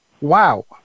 wow